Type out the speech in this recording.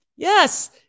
Yes